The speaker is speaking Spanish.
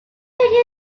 feria